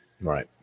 Right